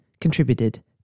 contributed